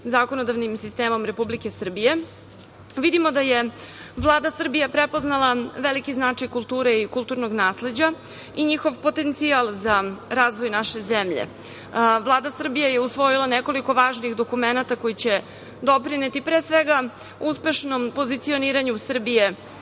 zakonodavnim sistemom Republike Srbije. Vidimo da je Vlada Srbije prepoznala veliki značaj kulture i kulturnog nasleđa i njihov potencijal za razvoj naše zemlje. Vlada Srbije je usvojila nekoliko važnih dokumenata koji će doprineti pre svega uspešnom pozicioniranju Srbije